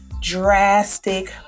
drastic